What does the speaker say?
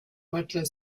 butler